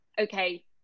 Okay